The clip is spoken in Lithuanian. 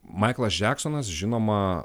maiklas džeksonas žinoma